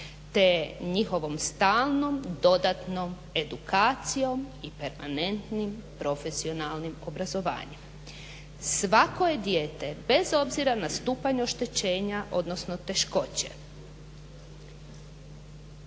te njihovom stalnom dodatnom edukacijom i permanentnim profesionalnim obrazovanjem. Svako je dijete bez obzira na stupanj oštećenja, odnosno teškoće